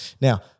Now